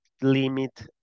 limit